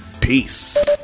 Peace